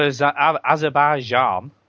Azerbaijan